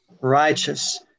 righteous